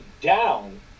down